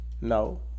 Now